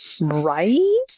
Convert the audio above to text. Right